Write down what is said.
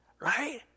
Right